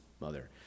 mother